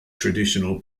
traditional